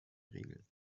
regeln